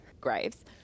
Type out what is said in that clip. graves